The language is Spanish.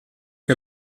que